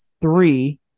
three